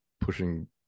pushing